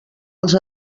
els